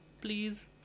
please